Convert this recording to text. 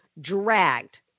dragged